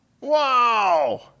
Wow